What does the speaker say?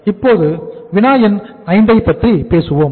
இப்போது வினா எண் 5 ஐ பற்றி பேசுவோம்